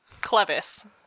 clevis